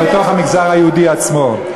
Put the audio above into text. המגזר היהודי עצמו.